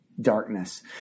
darkness